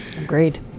Agreed